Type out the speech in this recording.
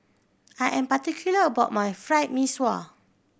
I am particular about my Fried Mee Sua